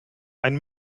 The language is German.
ein